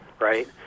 right